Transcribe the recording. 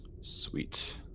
Sweet